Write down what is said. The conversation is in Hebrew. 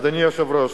אדוני היושב-ראש,